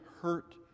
hurt